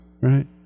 Right